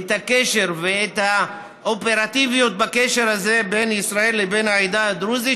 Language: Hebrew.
את הקשר ואת האופרטיביות בקשר הזה בין ישראל לבין העדה הדרוזית,